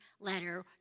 letter